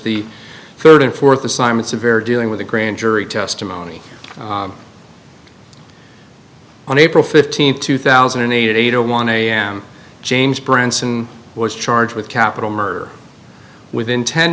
the third and fourth assignments a very dealing with a grand jury testimony on april fifteenth two thousand and eight zero one am james branson was charged with capital murder within ten